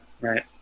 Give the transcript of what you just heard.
right